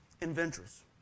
inventors